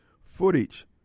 footage